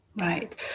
right